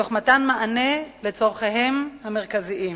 תוך מתן מענה לצורכיהם המרכזיים.